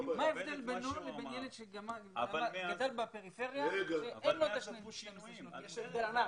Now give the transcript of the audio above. מה ההבדל בינו לבין ילד שגדל בפריפריה ואין לו את 12 שנות הלימוד?